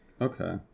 okay